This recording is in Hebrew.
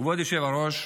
כבוד היושב-ראש,